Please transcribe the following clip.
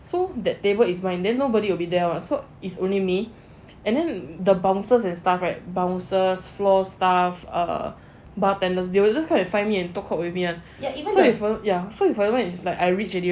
so the table is mine then nobody will be there lah so it's only me and then the bouncers and stuff right bouncers floor staff err bartender they will come and find me and talk cock with me [one]